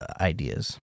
ideas